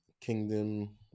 Kingdom